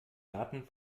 daten